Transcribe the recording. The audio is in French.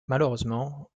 malheureusement